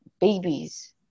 babies